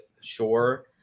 sure